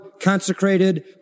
consecrated